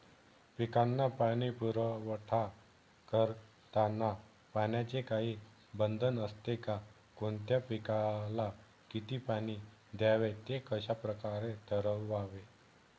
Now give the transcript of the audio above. पिकांना पाणी पुरवठा करताना पाण्याचे काही बंधन असते का? कोणत्या पिकाला किती पाणी द्यावे ते कशाप्रकारे ठरवावे?